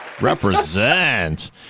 represent